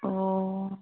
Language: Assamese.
অ'